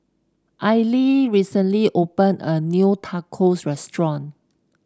Aili recently opened a new Tacos Restaurant